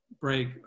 break